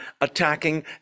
attacking